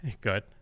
Good